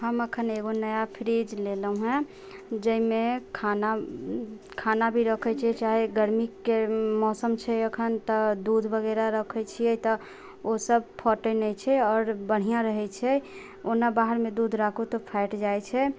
हम एखन एगो नया फ्रिज लेलहुँ हैं जाहिमे खाना खाना भी रखै छियै चाहे गर्मीके मौसम छै एखन तऽ दूध वगैरह रखै छियै तऽ ओसब फटै नहि छै आओर बन्हिआँ रहै छै ओना बाहरमे दूध राखु तऽ फाटि जाइ छै